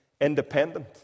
independent